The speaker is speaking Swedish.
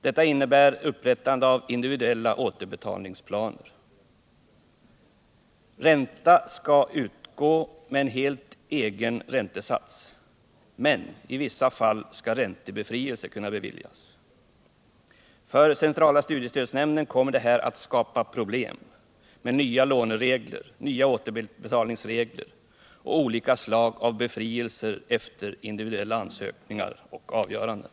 Detta innebär ett upprättande av individuella återbetalningsplaner. Ränta skall utgå med en helt egen räntesats, men i vissa fall skall räntebefrielse kunna beviljas. För centrala studiestödsnämnden kommer detta att skapa problem med nya låneregler, nya återbetalningsregler och olika slags befrielser efter individuella undersökningar och avgöranden.